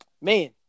Man